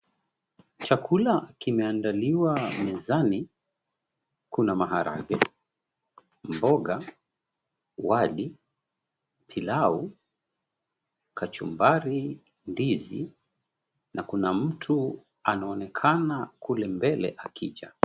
Chakula kimeandaliwa mezani, kuna maharage, mboga ,wali , pilau, kachumbari ndizi na kuna mtu anaonekana kule mbele akija.